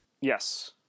Yes